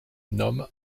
nomme